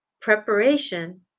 preparation